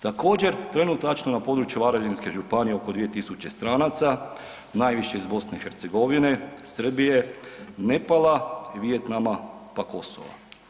Također trenutačno na području Varaždinske županije je oko 2000 stranaca, najviše iz BiH-a, Srbije, Nepala, Vijetnama pa Kosova.